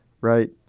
right